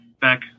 back